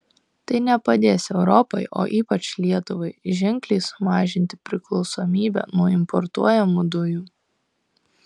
tai nepadės europai o ypač lietuvai ženkliai sumažinti priklausomybę nuo importuojamų dujų